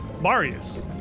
Marius